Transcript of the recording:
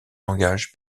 langage